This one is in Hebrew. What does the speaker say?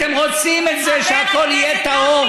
אתם רוצים שהכול יהיה טהור,